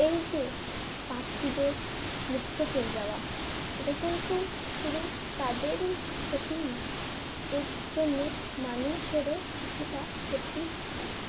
এই যে পাখিদের লুপ্ত হয়ে যাওয়া এটা কিন্তু শুধু তাদেরই ক্ষতি না এর জন্য মানুষেরও কিছুটা ক্ষতি হয়